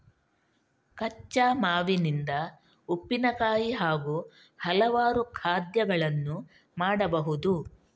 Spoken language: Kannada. ಕಚ್ಚಾ ಮಾವಿನಿಂದ ಉಪ್ಪಿನಕಾಯಿ ಹಾಗೂ ಹಲವಾರು ಖಾದ್ಯಗಳನ್ನು ಮಾಡಬಹುದು